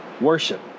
worship